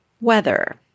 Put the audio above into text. weather